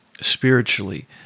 spiritually